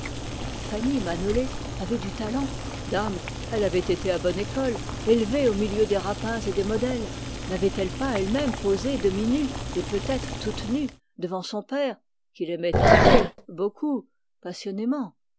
fanny manolé avait du talent c'est qu'elle avait été à bonne école élevée au milieu des rapins et des modèles n'avait-elle pas elle-même posé demi-nue et peut-être toute nue devant son père qui l'aimait un peu beaucoup passionnément